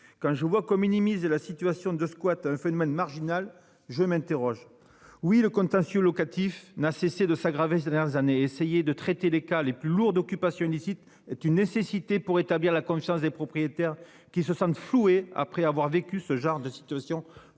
Quand je vois comme minimise la situation de squat, un phénomène marginal, je m'interroge. Oui le contentieux locatif n'a cessé de s'aggraver, dernières années essayer de traiter les cas les plus lourde occupation illicite d'une nécessité pour rétablir la confiance des propriétaires qui se sentent floués. Après avoir vécu ce genre de situation